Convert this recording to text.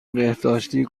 بهداشتی